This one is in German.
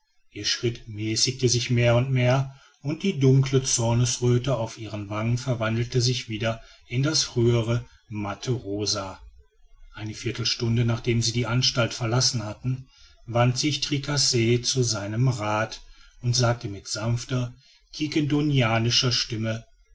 ihr schritt mäßigte sich mehr und mehr und die dunkle zornesröthe auf ihren wangen verwandelte sich wieder in das frühere matte rosa eine viertelstunde nachdem sie die anstalt verlassen hatten wandte sich tricasse zu seinem rath und sagte mit sanfter quiquendonianischer stimme